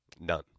None